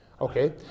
okay